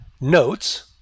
notes